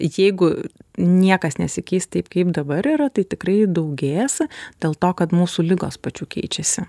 jeigu niekas nesikeis taip kaip dabar yra tai tikrai daugės dėl to kad mūsų ligos pačių keičiasi